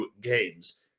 games